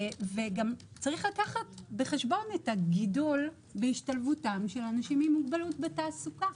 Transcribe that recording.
צריך לקחת בחשבון את הגידול בהשתלבותם של אנשים עם מוגבלות בתעסוקה.